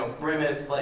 ah grimace. like